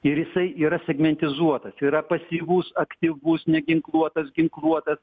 ir jisai yra segmentizuotas yra pasyvus aktyvus neginkluotas ginkluotas